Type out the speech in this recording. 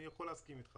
אני יכול להסכים אתך